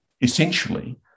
essentially